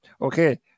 okay